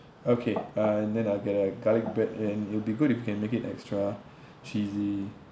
okay uh and then I'll get a garlic bread and it'll be good if you can make it extra cheesy